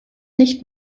nicht